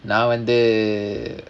now வந்து:vanthu